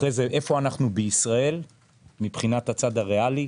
אחרי זה איפה אנחנו בישראל מבחינת הצד הריאלי.